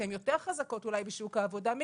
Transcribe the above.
שאולי יותר חזקות בשוק העבודה,